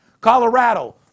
Colorado